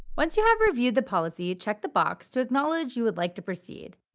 once you have reviewed the policy, check the box to acknowledge you would like to proceed.